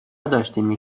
داشتین